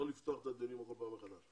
לא לפתוח את הדיונים כל פעם מחדש.